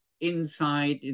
inside